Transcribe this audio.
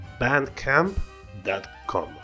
bandcamp.com